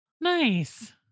Nice